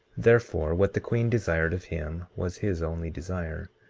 therefore, what the queen desired of him was his only desire.